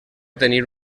tenir